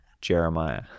Jeremiah